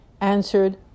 answered